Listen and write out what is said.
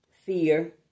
fear